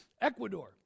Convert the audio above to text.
Ecuador